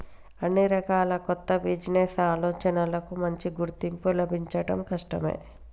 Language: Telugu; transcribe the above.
అన్ని రకాల కొత్త బిజినెస్ ఆలోచనలకూ మంచి గుర్తింపు లభించడం కష్టమే